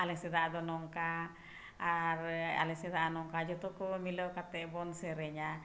ᱟᱞᱮ ᱥᱮᱫᱟᱜ ᱫᱚ ᱱᱚᱝᱠᱟ ᱟᱨ ᱟᱞᱮᱥᱮᱫᱟᱜ ᱱᱚᱝᱠᱟ ᱡᱷᱚᱛᱚ ᱠᱚ ᱢᱤᱞᱟᱹᱣ ᱠᱟᱛᱮᱫ ᱵᱚᱱ ᱥᱮᱨᱮᱧᱟ